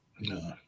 No